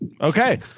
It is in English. Okay